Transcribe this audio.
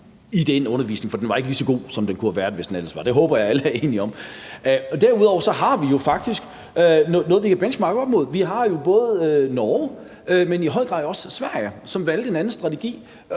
i den undervisning, for den var ikke lige så god, som den kunne have været, hvis den ellers var der. Det håber jeg alle er enige om. Derudover har vi faktisk noget, vi kan benchmarke op imod. Vi har jo både Norge, men i høj grad også Sverige, som valgte en anden strategi,